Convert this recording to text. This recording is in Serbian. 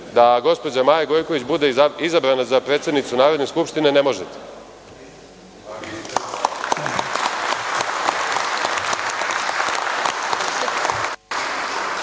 da gospođa Maja Gojković bude izabrana za predsednicu Narodne skupštine ne možete.